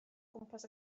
gwmpas